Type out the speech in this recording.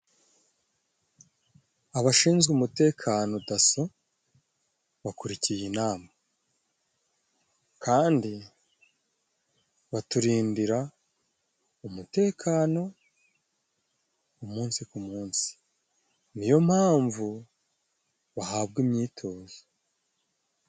Abashinzwe umutekano daso bakurikiye inama, kandi baturindira umutekano umunsi ku munsi niyo mpamvu bahabwa imyitozo.